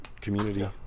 community